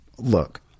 look